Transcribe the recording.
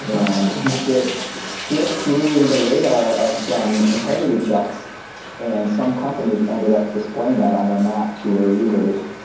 and yeah this slipped through the radar of some integrity checks and some companies ended ah displaying that on their map to their users.